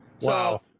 Wow